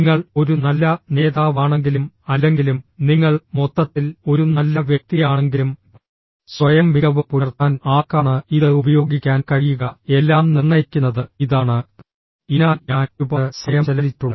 നിങ്ങൾ ഒരു നല്ല നേതാവാണെങ്കിലും അല്ലെങ്കിലും നിങ്ങൾ മൊത്തത്തിൽ ഒരു നല്ല വ്യക്തിയാണെങ്കിലും സ്വയം മികവ് പുലർത്താൻ ആർക്കാണ് ഇത് ഉപയോഗിക്കാൻ കഴിയുക എല്ലാം നിർണ്ണയിക്കുന്നത് ഇതാണ് ഇതിനായി ഞാൻ ഒരുപാട് സമയം ചെലവഴിച്ചിട്ടുണ്ട്